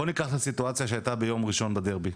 בוא ניקח את הסיטואציה שהייתה ביום ראשון בדרבי.